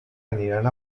aniran